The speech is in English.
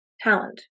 talent